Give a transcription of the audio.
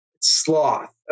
sloth